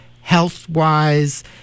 health-wise